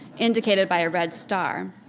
indicated by a red star,